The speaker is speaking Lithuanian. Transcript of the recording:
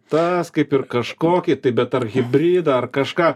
tas kaip ir kažkokį tai bet ar hibridą ar kažką